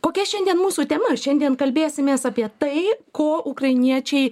kokia šiandien mūsų tema šiandien kalbėsimės apie tai ko ukrainiečiai